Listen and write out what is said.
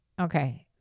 Okay